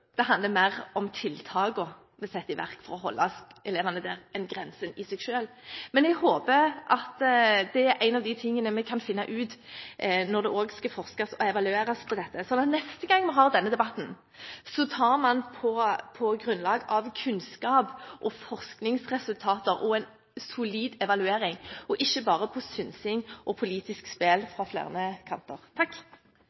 det handler mer om tiltakene vi setter i verk for å holde elevene der enn grensen i seg selv. Men jeg håper at det er en av de tingene vi kan finne ut når det skal forskes og evalueres på dette, sånn at neste gang vi har denne debatten, tar man den på grunnlag av kunnskap og forskningsresultater og en solid evaluering – ikke bare på synsing og politisk